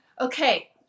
okay